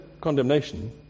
condemnation